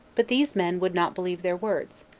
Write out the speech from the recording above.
but these men would not believe their words,